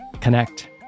connect